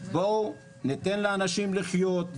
בואו ניתן לאנשים לחיות.